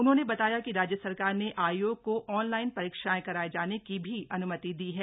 उन्होंने बताया कि राज्य सरकार ने आयोग को ऑनलाइन परीक्षाएं कराये जाने की भी अनुमति दी है